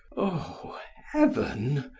oh! heaven!